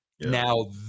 Now